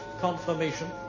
confirmation